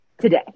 today